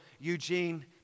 Eugene